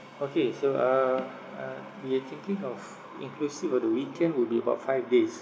okay so uh uh we are thinking of inclusive of the weekend will be about five days